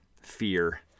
fear